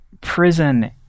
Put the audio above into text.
prison